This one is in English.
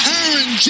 Aaron